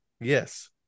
Yes